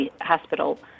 hospital